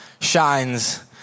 shines